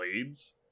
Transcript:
blades